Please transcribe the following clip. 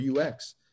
UX